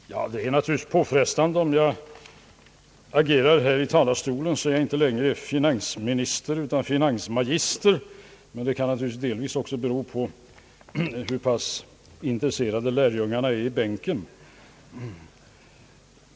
Herr talman! Det är naturligtvis påfrestande om jag agerar här i talarstolen på ett sådant sätt, att jag inte längre är finansminister utan »finansmagister», men det kan naturligtvis delvis också bero på hur pass intresserade lärjungarna är i bänken.